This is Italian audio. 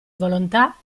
volontà